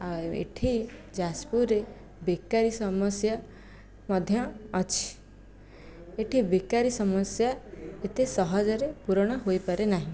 ଆଉ ଏଠି ଯାଜପୁରରେ ବେକାରି ସମସ୍ୟା ମଧ୍ୟ ଅଛି ଏଠି ବେକାରି ସମସ୍ୟା ଏତେ ସହଜରେ ପୂରଣ ହୋଇପାରେ ନାହିଁ